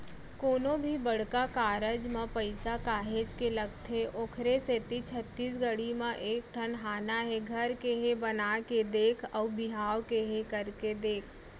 कोनो भी बड़का कारज म पइसा काहेच के लगथे ओखरे सेती छत्तीसगढ़ी म एक ठन हाना हे घर केहे बना के देख अउ बिहाव केहे करके देख